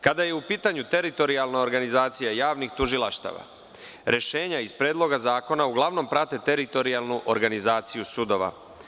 Kada je u pitanju teritorijalna organizacija javnih tužilaštava, rešenja iz Predloga zakona uglavnom prate teritorijalnu organizaciju sudova.